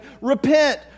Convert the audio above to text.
repent